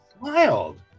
Wild